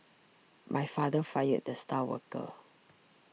my father fired the star worker